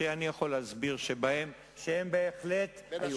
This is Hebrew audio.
שאני יכול להסביר שהם בהחלט היו,